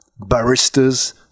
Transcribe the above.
baristas